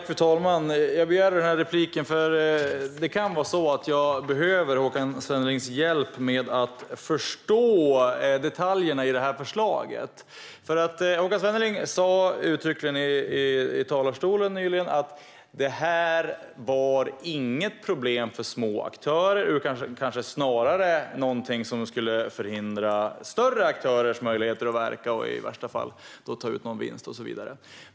Fru talman! Jag begärde replik för att jag kan behöva Håkan Svennelings hjälp med att förstå detaljerna i det här förslaget. Håkan Svenneling sa uttryckligen från talarstolen att det här inte var något problem för små aktörer. Snarare ska det förhindra större aktörers möjligheter att verka och i värsta fall ta ut en vinst.